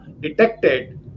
detected